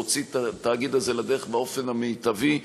היא להוציא את התאגיד הזה לדרך באופן המיטבי.